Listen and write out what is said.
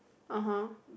(uh huh)